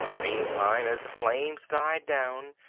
meantime, as the flames died down,